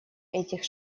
этих